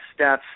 stats